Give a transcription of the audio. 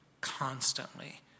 constantly